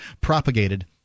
propagated